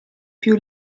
più